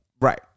Right